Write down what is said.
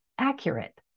Accurate